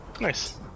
Nice